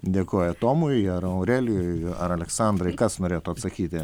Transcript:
dėkoja tomui ar aurelijui ar aleksandrai kas norėtų atsakyti